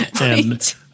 Right